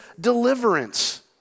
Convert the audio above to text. deliverance